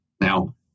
Now